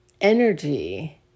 energy